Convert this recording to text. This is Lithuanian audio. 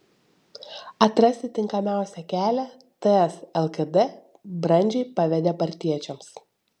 atrasti tinkamiausią kelią ts lkd brandžiai pavedė partiečiams